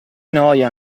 noia